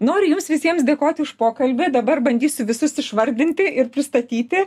noriu jums visiems dėkoti už pokalbį dabar bandysiu visus išvardinti ir pristatyti